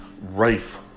rife